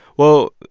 well,